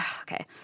okay